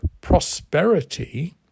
prosperity